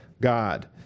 God